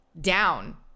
down